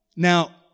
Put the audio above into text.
Now